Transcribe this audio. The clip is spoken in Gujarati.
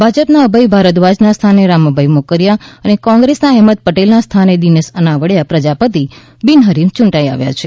ભાજપના અભય ભારદ્વાજના સ્થાને રામભાઇ મોકરિયા અને કોંગ્રેસના એહમદ પટેલના સ્થાને દિનેશ અનાવડીયા પ્રજાપતિ બિનહરીફ યૂંટાઈ આવ્યા છે